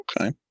okay